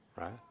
right